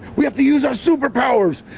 we have to use our superpowers.